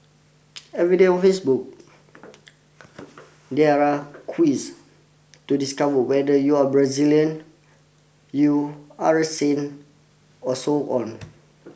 every day on Facebook there are quiz to discover whether you are Brazilian you are a saint or so on